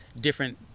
different